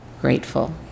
grateful